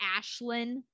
Ashlyn